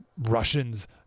Russians